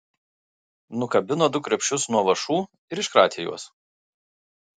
nukabino du krepšius nuo vąšų ir iškratė juos